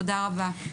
תודה רבה.